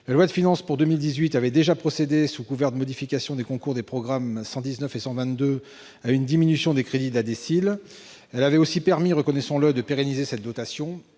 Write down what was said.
La loi de finances pour 2018 avait déjà procédé, sous couvert de modifications des concours des programmes 119 et 122, à une diminution des crédits de la DSIL. Elle avait aussi permis, reconnaissons-le, de pérenniser cette dotation.